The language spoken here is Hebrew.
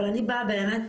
אבל אני באה באמת,